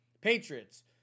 Patriots